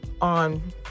on